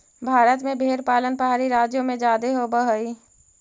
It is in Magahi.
भारत में भेंड़ पालन पहाड़ी राज्यों में जादे होब हई